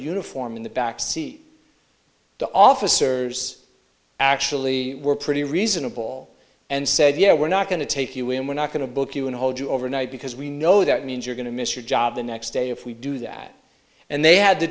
uniform in the back seat the officers actually were pretty reasonable and said yeah we're not going to take you in we're not going to book you and hold you overnight because we know that means you're going to miss your job the next day if we do that and they had the